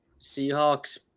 Seahawks